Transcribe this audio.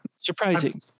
Surprising